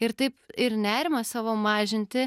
ir taip ir nerimą savo mažinti